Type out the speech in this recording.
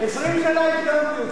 20 שנה הקדמתי אותך.